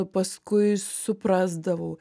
paskui suprasdavau